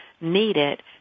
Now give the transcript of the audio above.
needed